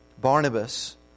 Barnabas